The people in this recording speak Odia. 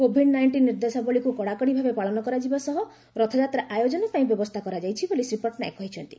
କୋଭିଡ୍ ନାଇଷ୍ଟିନ୍ ନିର୍ଦ୍ଦେଶାବଳୀକୁ କଡ଼ାକଡ଼ି ଭାବେ ପାଳନ କରାଯିବା ସହ ରଥଯାତ୍ରା ଆୟୋଜନ ପାଇଁ ବ୍ୟବସ୍ଥା କରାଯାଇଛି ବୋଲି ଶ୍ରୀ ପଟ୍ଟନାୟକ କହିଚ୍ଚନ୍ତି